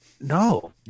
no